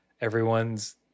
Everyone's